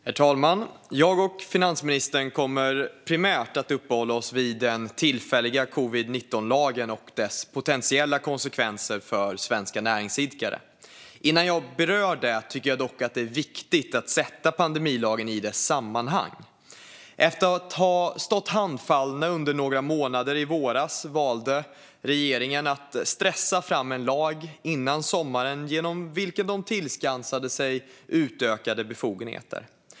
Herr talman! Jag och finansministern kommer primärt att uppehålla oss vid den tillfälliga covid-19-lagen och dess potentiella konsekvenser för svenska näringsidkare. Innan jag berör det tycker jag dock att det är viktigt att sätta pandemilagen i dess sammanhang. Efter att ha stått handfallen under några månader i våras valde regeringen att stressa fram en lag innan sommaren, genom vilken den tillskansade sig utökade befogenheter.